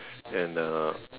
and the